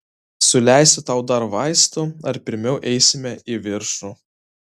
suleisti tau dar vaistų ar pirmiau eisime į viršų